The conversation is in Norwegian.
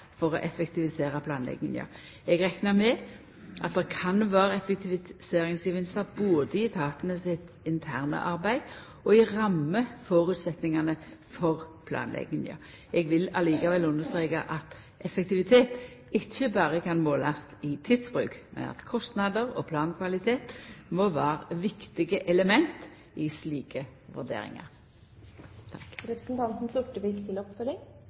for å effektivisera planlegginga. Eg reknar med at det kan vera effektiviseringsgevinstar både i etatane sitt interne arbeid og i rammeføresetnadene for planlegginga. Eg vil likevel understreka at effektivitet ikkje berre kan målast i tidsbruk, men at kostnader og plankvalitet må vera viktige element i slike vurderingar. Takk